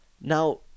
Now